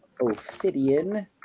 Ophidian